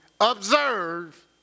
Observe